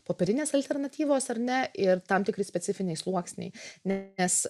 popierinės alternatyvos ar ne ir tam tikri specifiniai sluoksniai nes